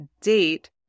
date